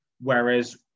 Whereas